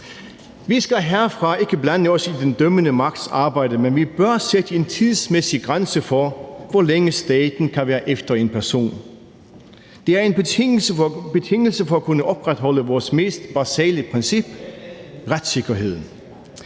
Vi skal herfra ikke blande os i den dømmende magts arbejde, men vi bør sætte en tidsmæssig grænse for, hvor længe staten kan være efter en person. Det er en betingelse for at kunne opretholde vores mest basale princip, retssikkerheden.